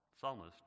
psalmist